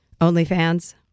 OnlyFans